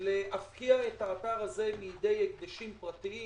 להפקיע את האתר הזה מידי הקדשים פרטיים,